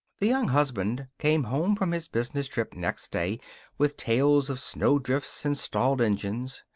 the young husband came home from his business trip next day with tales of snowdrifts and stalled engines.